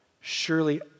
Surely